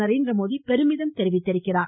நரேந்திரமோடி பெருமிதம் தெரிவித்துள்ளார்